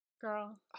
Girl